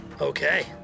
Okay